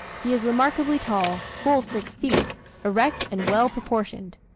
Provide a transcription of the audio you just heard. he is remarkably tall full six feet erect and well-proportioned.